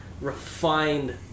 refined